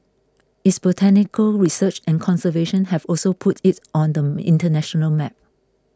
its botanical research and conservation have also put it on the international map